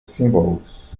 symbols